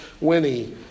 Winnie